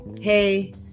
hey